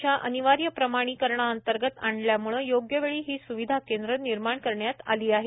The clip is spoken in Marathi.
च्या अनिवार्य प्रमाणीकरणांतर्गत आणल्यामुळे योग्य वेळी ही सुविधा केंद्र निर्माण करण्यात आली आहेत